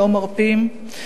לא מרפים,